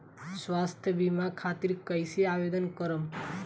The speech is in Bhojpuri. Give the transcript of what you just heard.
स्वास्थ्य बीमा खातिर कईसे आवेदन करम?